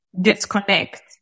disconnect